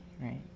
Right